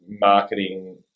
marketing